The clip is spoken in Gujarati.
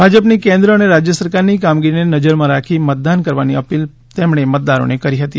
ભાજપની કેન્દ્ર અને રાજ્ય સરકારની કામગીરીને નજરમાં રાખી મતદાન કરવાની અપીલ તેમણે મતદારોને કરી હતી